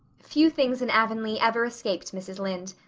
few things in avonlea ever escaped mrs. lynde.